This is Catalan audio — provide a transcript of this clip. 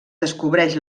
descobreix